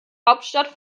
hauptstadt